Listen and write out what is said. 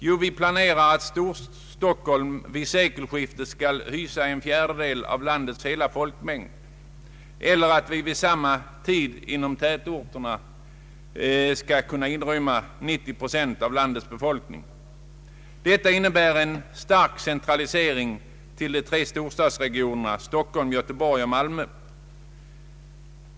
Jo, vi planerar att Storstockholm vid sekelskiftet skall hysa en fjärdedel av landets hela folkmängd eller att vid samma tid tätorterna skall kunna inrymma 90 procent av landets befolkning, vilket innebär en stark koncentration till de tre storstadsregionerna Stockholm, Göteborg och Malmö.